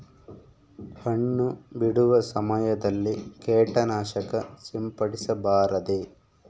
ಹಣ್ಣು ಬಿಡುವ ಸಮಯದಲ್ಲಿ ಕೇಟನಾಶಕ ಸಿಂಪಡಿಸಬಾರದೆ?